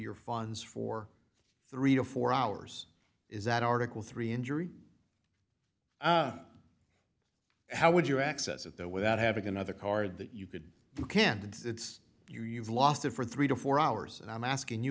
your funds for three to four hours is that article three injury how would you access at that without having another card that you could you can't it's you you've lost it for three to four hours and i'm asking you